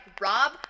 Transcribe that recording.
Rob